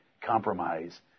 compromise